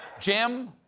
Jim